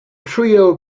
trio